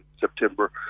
September